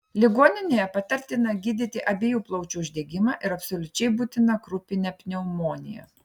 ligoninėje patartina gydyti abiejų plaučių uždegimą ir absoliučiai būtina krupinę pneumoniją